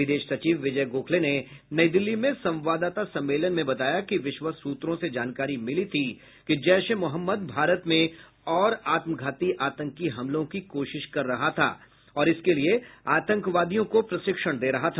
विदेश सचिव विजय गोखले ने नई दिल्ली में संवाददाता सम्मेलन में बताया कि विश्वस्त सूत्रों से जानकारी मिली थी कि जैश ए मोहम्मद भारत में और आत्मघाती आतंकी हमलों की कोशिश कर रहा था और इसके लिए आतंकवादियों को प्रशिक्षण दे रहा था